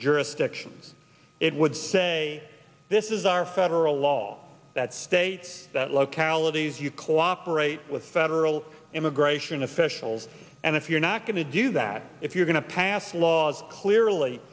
jurisdictions it would say this is our federal law that states that localities you cooperate with federal immigration officials and if you're not going to do that if you're going to pass laws clearly